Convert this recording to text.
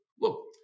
Look